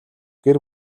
гэр